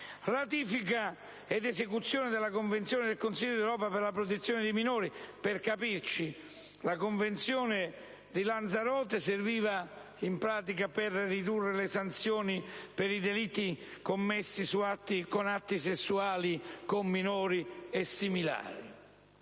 ratifica ed esecuzione della Convenzione del Consiglio d'Europa per la protezione dei minori: per capirci, la Convenzione di Lanzarote serviva in pratica per ridurre le sanzioni per i delitti commessi con atti sessuali con minori e similari.